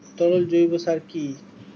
তরল জৈব সার কি?